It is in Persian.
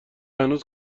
هنوز